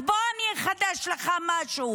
אז בוא אני אחדש לך משהו: